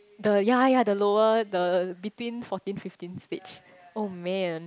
the ya ya the lower the between fourteen fifteen stage oh man